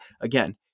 Again